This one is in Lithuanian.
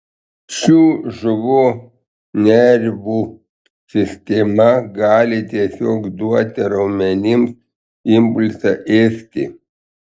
šių žuvų nervų sistema gali tiesiog duoti raumenims impulsą ėsti